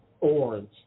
orange